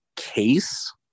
case